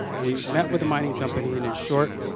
we met with the mining company and in short,